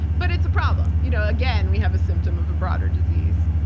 but it's a problem. you know again, we have a symptom of a broader disease.